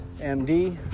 MD